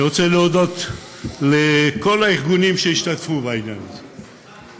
אני רוצה להודות לכל הארגונים שהשתתפו בעניין הזה,